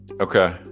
Okay